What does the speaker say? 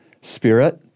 spirit